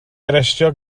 arestio